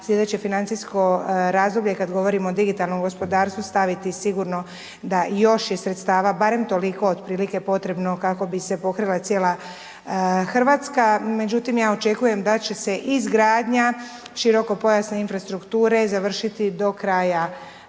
slijedeće financijsko razdoblje kad govorimo o digitalnom gospodarstvu staviti sigurno da i još je sredstava barem toliko otprilike potrebno kako bi se pokrila cijela RH. Međutim, ja očekujem da će se izgradnja širokopojasne infrastrukture završiti do kraja 2023.g.